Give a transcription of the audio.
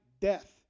death